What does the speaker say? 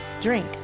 Drink